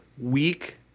week